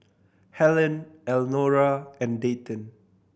Hellen Elnora and Dayton